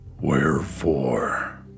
Wherefore